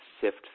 sift